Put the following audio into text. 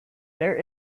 there